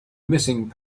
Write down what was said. missing